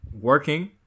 working